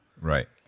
Right